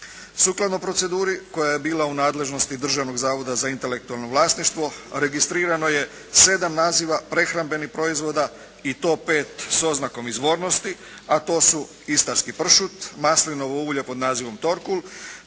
Sukladno proceduri koja je bila u nadležnosti Hrvatskog zavoda za intelektualno vlasništvo registrirano je 7 naziva prehrambenih proizvoda i to 5 s oznakom izvornosti. A to su: istarski pršut, maslinovo ulje pod nazivom «Torkul»,